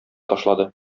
ташлады